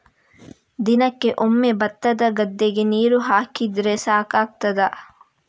ದಿನಕ್ಕೆ ಒಮ್ಮೆ ಭತ್ತದ ಗದ್ದೆಗೆ ನೀರು ಹಾಕಿದ್ರೆ ಸಾಕಾಗ್ತದ?